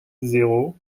zéro